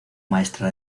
maestra